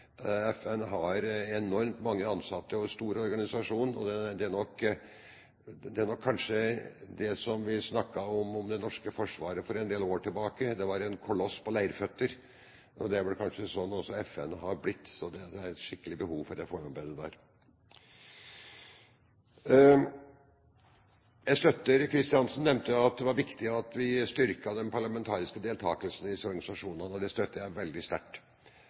FN har enormt mange ansatte og er en stor organisasjon. Da vi snakket om det norske Forsvaret for noen år siden, sa vi at det var en koloss på leirføtter. Det er kanskje også slik FN har blitt. Det er skikkelig behov for et reformarbeid der. Representanten Kristiansen nevnte at det var viktig at vi styrket den parlamentariske deltakelsen i disse organisasjonene, og det støtter jeg veldig sterkt.